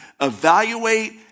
evaluate